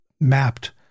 mapped